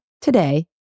today